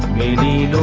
maybe